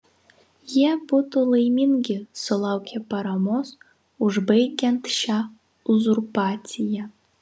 jie būtų laimingi sulaukę paramos užbaigiant šią uzurpaciją